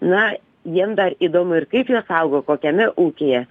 na jiem dar įdomu ir kaip juos augo kokiame ūkyje